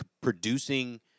producing